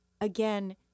again